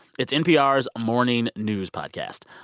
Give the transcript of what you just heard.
it's npr's morning news podcast.